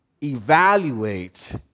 evaluate